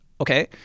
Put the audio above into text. Okay